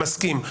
אני מסכים.